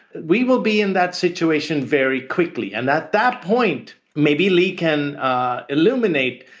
we will be in that situation very quickly. and that that point maybe leigh, can illuminate